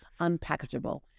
unpackageable